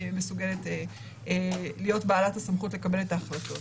מסוגלת להיות בעלת הסמכות לקבל את ההחלטות.